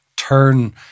Turn